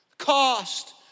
cost